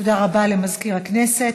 תודה רבה למזכיר הכנסת.